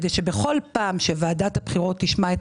כי בכל פעם שוועדת הבחירות תשמע את